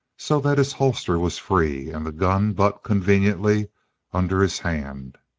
so that his holster was free and the gun butt conveniently under his hand.